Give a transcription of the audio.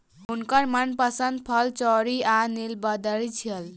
हुनकर मनपसंद फल चेरी आ नीलबदरी छल